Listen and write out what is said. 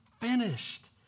finished